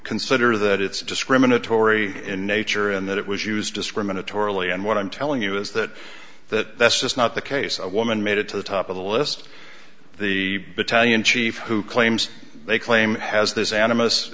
consider that it's discriminatory in nature and that it was used discriminatorily and what i'm telling you is that that just not the case a woman made it to the top of the list the battalion chief who claims they claim has this anim